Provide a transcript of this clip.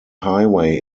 highway